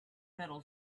metal